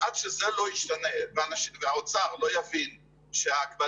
עד שזה לא ישתנה והאוצר לא יבין שההגבלה